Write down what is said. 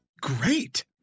great